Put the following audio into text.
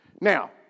Now